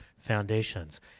foundations